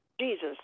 Jesus